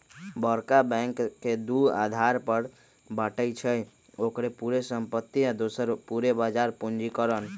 बरका बैंक के दू अधार पर बाटइ छइ, ओकर पूरे संपत्ति दोसर ओकर पूरे बजार पूंजीकरण